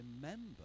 remember